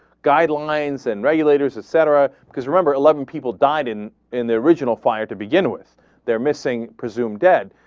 guidelines and regulators et cetera because rubber eleven people died in in the original fired to begin with they're missing presumed dead